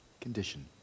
condition